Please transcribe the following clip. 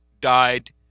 died